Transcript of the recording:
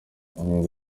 ngo